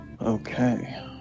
Okay